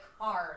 cars